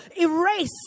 erase